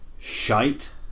shite